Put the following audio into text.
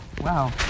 wow